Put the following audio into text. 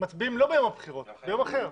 מצביעים לא ביום הבחירות אלא ביום אחר.